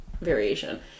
variation